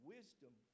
Wisdom